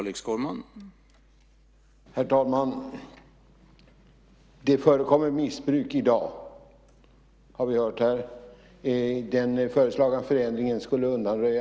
Herr talman! Jag tror att det också förekommer missbruk från andra hållet. Jag avstår från vidare kommentarer.